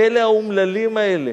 אלה, האומללים האלה.